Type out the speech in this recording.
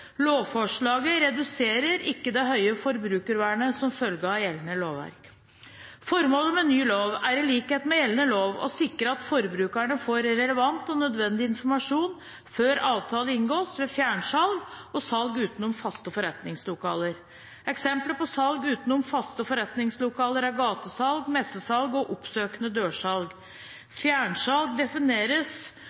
Lovforslaget reduserer ikke det høye forbrukervernet som følger av gjeldende lovverk. Formålet med ny lov er i likhet med gjeldende lov å sikre at forbrukerne får relevant og nødvendig informasjon før avtale inngås ved fjernsalg og salg utenom faste forretningslokaler. Eksempler på salg utenom faste forretningslokaler er gatesalg, messesalg og oppsøkende dørsalg. Fjernsalg defineres